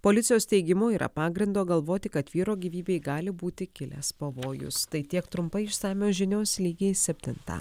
policijos teigimu yra pagrindo galvoti kad vyro gyvybei gali būti kilęs pavojus tai tiek trumpai išsamios žinios lygiai septintą